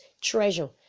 treasure